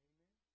Amen